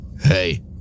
Hey